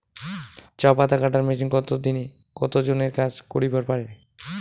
চা পাতা কাটার মেশিন এক দিনে কতজন এর কাজ করিবার পারে?